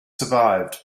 survived